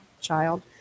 child